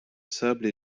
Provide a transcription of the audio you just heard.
sable